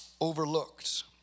overlooked